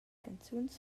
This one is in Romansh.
canzuns